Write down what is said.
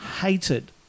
hated